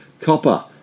copper